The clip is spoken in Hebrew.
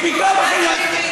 היא ביקרה בחניון.